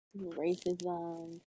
Racism